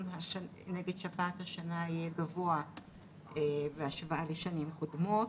נגד שפעת השנה יהיה גבוה בהשוואה לשנים קודמות.